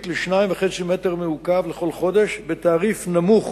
ל-2.5 מטרים מעוקבים לכל חודש בתעריף נמוך,